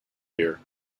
here